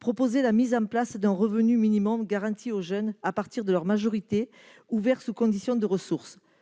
proposaient la mise en place d'un revenu minimum garanti aux jeunes à partir de leur majorité, ouvert sous conditions de ressources.